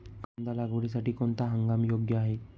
कांदा लागवडीसाठी कोणता हंगाम योग्य आहे?